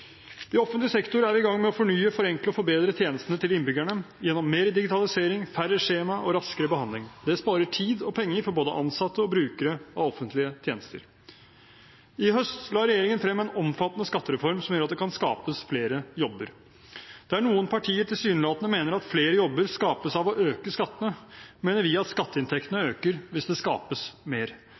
I offentlig sektor er vi i gang med å fornye, forenkle og forbedre tjenestene til innbyggerne gjennom mer digitalisering, færre skjema og raskere behandling. Det sparer tid og penger for både ansatte og brukere av offentlige tjenester. I høst la regjeringen frem en omfattende skattereform som gjør at det kan skapes flere jobber. Der noen partier tilsynelatende mener at flere jobber skapes av å øke skattene, mener vi at skatteinntektene øker hvis det skapes mer.